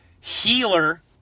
healer